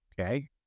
Okay